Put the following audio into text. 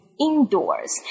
indoors